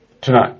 tonight